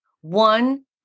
One